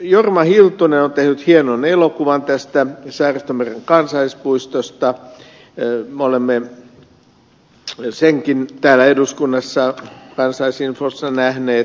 jouni hiltunen on tehnyt hienon elokuvan tästä selkämeren kansallispuistosta me olemme senkin täällä eduskunnassa kansalaisinfossa nähneet